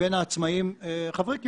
מבין העצמאים שהם חברי קיבוץ,